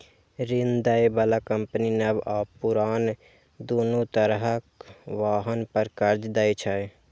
ऋण दै बला कंपनी नव आ पुरान, दुनू तरहक वाहन पर कर्ज दै छै